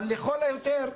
או לכל היותר,